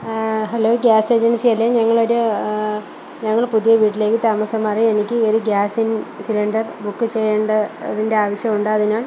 hello gas ഏജന്സിയല്ലേ ഞങ്ങളൊരു ഞങ്ങള് പുതിയ വീട്ടിലേക്ക് താമസം മാറി എനിക്ക് ഈയൊരു ഗ്യാസിന് സിലണ്ടര് ബുക്ക് ചെയ്യേണ്ട തിന്റെ ആവശ്യമുണ്ട് അതിനാല്